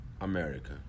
America